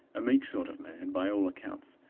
a meek sort of man, by all accounts,